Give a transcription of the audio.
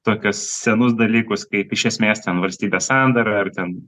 tokius senus dalykus kaip iš esmės ten valstybės sandara ar ten